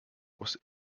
was